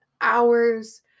hours